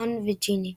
רון וג'יני.